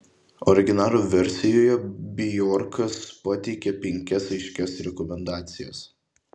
originalo versijoje bjorkas pateikia penkias aiškias rekomendacijas